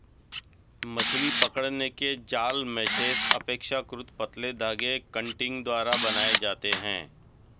मछली पकड़ने के जाल मेशेस अपेक्षाकृत पतले धागे कंटिंग द्वारा बनाये जाते है